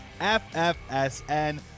FFSN